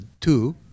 two